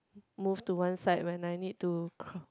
move to one side when I need to cr~